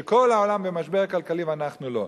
שכל העולם במשבר כלכלי ואנחנו לא.